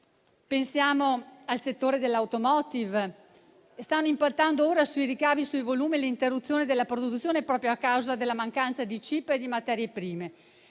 Pensiamo al settore dell'*automotive*: sta impattando ora sui ricavi e sui volumi l'interruzione della produzione proprio a causa della mancanza di chip e di materie prime.